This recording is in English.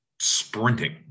sprinting